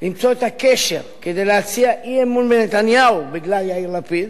למצוא את הקשר כדי להציע אי-אמון בנתניהו בגלל יאיר לפיד,